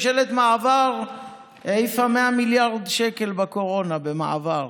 ממשלת מעבר העיפה 100 מיליארד שקל בקורונה, במעבר,